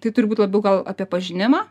tai turi būt labiau gal apie pažinimą